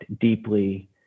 deeply